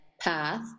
path